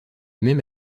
même